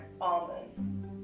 almonds